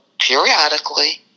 periodically